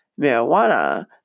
Marijuana